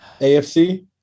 AFC